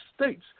states